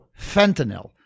fentanyl